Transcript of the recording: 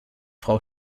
frau